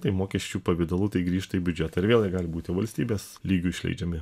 tai mokesčių pavidalu tai grįžta į biudžetą ir vėl jie gali būti valstybės lygiu išleidžiami